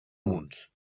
munts